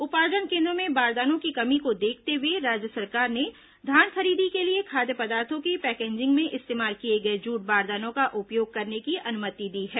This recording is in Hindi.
उपार्जन केन्द्रों में बारदानों की कमी को देखते हए राज्य सरकार ने धान खरीदी के लिए खाद्य पदार्थो की पैकेजिंग में इस्तेमाल किए गए जुट बारदानों का उपयोग करने की अनुमति दी है